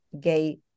gay